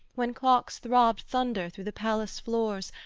when clocks throbbed thunder through the palace floors,